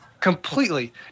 completely